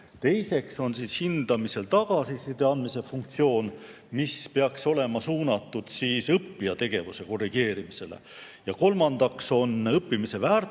Teiseks on hindamisel tagasiside andmise funktsioon, mis peaks olema suunatud õppija tegevuse korrigeerimisele. Kolmandaks on õppimise väärtustamise